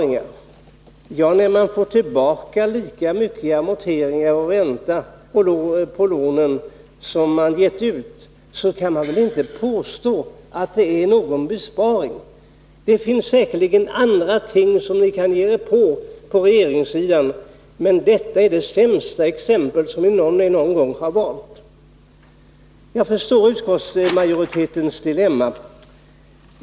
När man får tillbaka lika mycket i amortering och ränta på lånen som man har givit ut, då kan man inte påstå att det är någon besparing att dra in lånen. Det finns säkert andra ting som ni på regeringssidan kan ge er på, men detta är det sämsta exempel ni någon gång har valt. Jag förstår utskottsmajoritetens dilemma.